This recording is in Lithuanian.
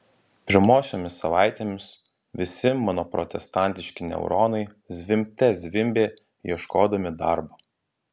pirmosiomis savaitėmis visi mano protestantiški neuronai zvimbte zvimbė ieškodami darbo